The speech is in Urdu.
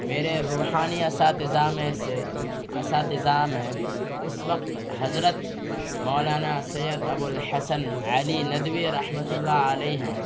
میرے روحانی اساتذہ میں سے اساتذہ میں اس وقت حضرت مولانا سید ابو الحسن علی ندوی رحمتہ اللہ علیہ ہیں